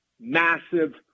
massive